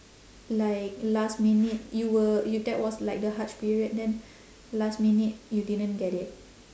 like last minute you were you that was like the hajj period then last minute you didn't get it